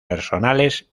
personales